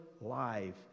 life